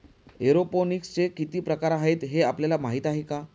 एरोपोनिक्सचे किती प्रकार आहेत, हे आपल्याला माहित आहे का?